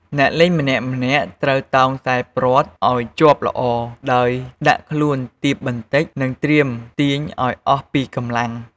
អ្នកលេងម្នាក់ៗត្រូវតោងខ្សែព្រ័ត្រឱ្យជាប់ល្អ ដោយដាក់ខ្លួនទាបបន្តិច និងត្រៀមទាញឱ្យអស់ពីកម្លាំង។